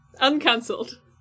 Uncancelled